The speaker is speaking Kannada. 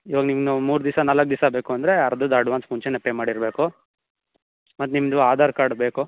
ಇವಾಗ ನಿಮ್ಗೆ ನಾವು ಮೂರು ದಿವಸ ನಾಲ್ಕು ದಿವಸ ಬೇಕು ಅಂದರೆ ಅರ್ದದು ಅಡ್ವಾನ್ಸ್ ಮುಂಚೆಯೇ ಪೇ ಮಾಡಿರಬೇಕು ಮತ್ತು ನಿಮ್ಮದು ಆಧಾರ್ ಕಾರ್ಡ್ ಬೇಕು